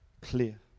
clear